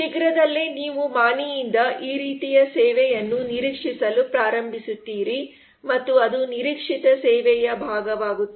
ಶೀಘ್ರದಲ್ಲೇ ನೀವು ಮಾಣಿಯಿಂದ ಈ ರೀತಿಯ ಸೇವೆಯನ್ನು ನಿರೀಕ್ಷಿಸಲು ಪ್ರಾರಂಭಿಸುತ್ತೀರಿ ಮತ್ತು ಅದು ನಿರೀಕ್ಷಿತ ಸೇವೆಯ ಭಾಗವಾಗುತ್ತದೆ